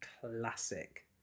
classic